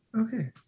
Okay